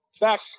back